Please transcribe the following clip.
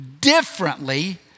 differently